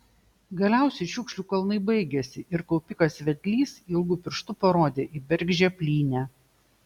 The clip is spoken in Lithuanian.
galiausiai šiukšlių kalnai baigėsi ir kaupikas vedlys ilgu pirštu parodė į bergždžią plynę